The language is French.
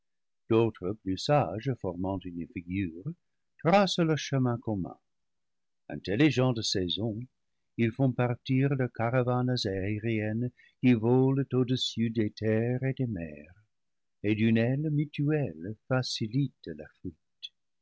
d'autres plus sages formant une figure tracent leur chemin commun intelligents des saisons ils font partir leur caravanes aériennes qui volent au-dessus des terres et des mers et d'une aile mutuelle facilitent leur fuite